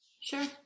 Sure